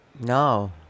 no